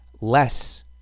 less